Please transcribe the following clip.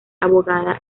abogada